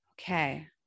Okay